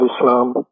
Islam